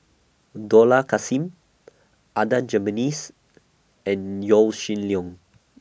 Dollah Kassim Adan Jimenez and Yaw Shin Leong